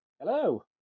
Hello